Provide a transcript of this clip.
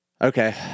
okay